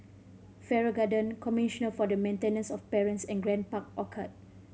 Farrer Garden Commissioner for the Maintenance of Parents and Grand Park Orchard